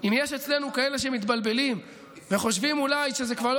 אם יש אצלנו כאלה שמתבלבלים וחושבים אולי שזו כבר לא